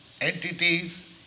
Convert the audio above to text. entities